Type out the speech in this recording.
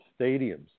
stadiums